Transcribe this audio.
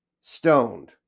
stoned